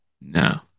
No